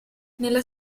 nella